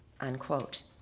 Unquote